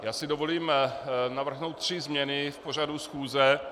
Já si dovolím navrhnout tři změny v pořadu schůze.